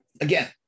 Again